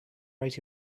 right